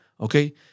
Okay